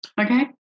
Okay